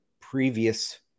previous